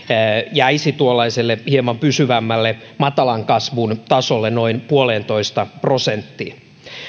jäisi tuollaiselle hieman pysyvämmälle matalan kasvun tasolle noin puoleentoista prosenttiin